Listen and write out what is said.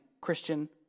christian